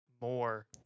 more